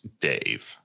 Dave